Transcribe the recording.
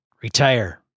retire